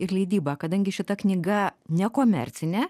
ir leidybą kadangi šita knyga nekomercinė